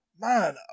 man